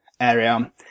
area